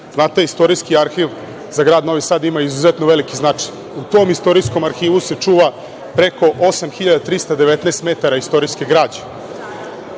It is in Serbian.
Znate Istorijski arhive za grad Novi Sad ima izuzetno veliki značaj. U tom Istorijskom arhivu se čuva preko 8.319 metara istorijske građe.